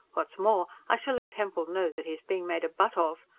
what's more, i shall let hempel know that he is being made a butt of.